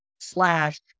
slash